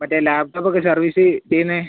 മറ്റേ ലാപ്ടോപ്പൊക്കെ സർവീസ് ചെയ്യുന്ന